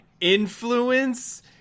influence